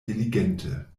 diligente